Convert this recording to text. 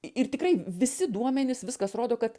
ir tikrai visi duomenys viskas rodo kad